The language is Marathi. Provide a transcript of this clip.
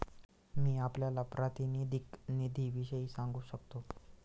मी आपल्याला प्रातिनिधिक निधीविषयी सांगू शकतो